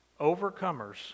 Overcomers